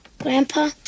Grandpa